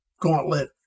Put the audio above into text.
gauntlet